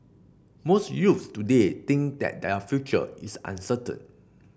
most youths today think that their future is uncertain